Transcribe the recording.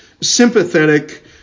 sympathetic